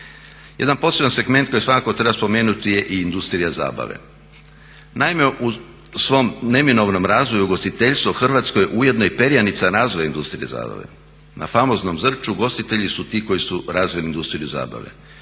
Jedan poseban segment koji svakako treba spomenuti je i industrija zabave. Naime u svom neminovnom razvoju ugostiteljstvo u Hrvatskoj ujedno je i perjanica razvoja industrije zabave. Na famoznom Zrču ugostitelji su ti koji su razvili industriju zabave.